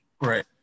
right